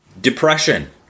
depression